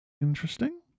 interesting